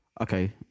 Okay